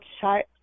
chart